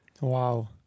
Wow